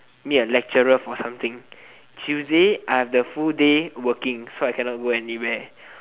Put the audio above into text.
meet a lecturer for something tuesday I have the full day working so I cannot go anywhere